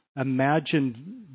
imagine